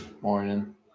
morning